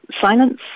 silence